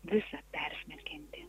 visa persmelkianti